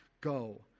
go